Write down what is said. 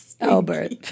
Albert